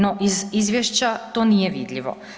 No, iz izvješća to nije vidljivo.